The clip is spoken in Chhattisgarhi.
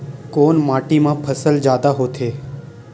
कोन माटी मा फसल जादा होथे?